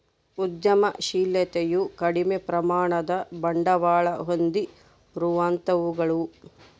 ಉದ್ಯಮಶಿಲತೆಯು ಕಡಿಮೆ ಪ್ರಮಾಣದ ಬಂಡವಾಳ ಹೊಂದಿರುವಂತವುಗಳು